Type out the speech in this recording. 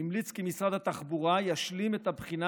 והמליץ כי משרד התחבורה ישלים את הבחינה